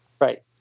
Right